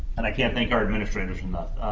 and i can't thank our administrators enough.